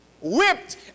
whipped